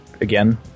Again